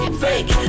fake